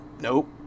nope